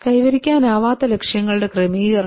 കൈവരിക്കാനാവാത്ത ലക്ഷ്യങ്ങളുടെ ക്രമീകരണം